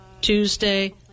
Tuesday